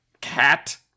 cat